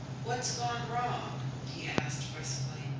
what's gone wrong? he asked briskly.